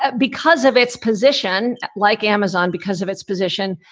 ah because of its position, like amazon, because of its position,